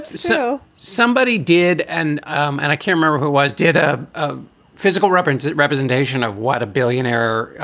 so somebody did and um and a camera who was did ah a physical reference. that representation of what, a billionaire,